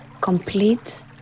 complete